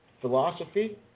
Philosophy